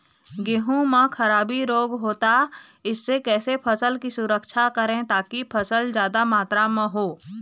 गेहूं म खराबी रोग होता इससे कैसे फसल की सुरक्षा करें ताकि फसल जादा मात्रा म हो?